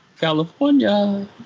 California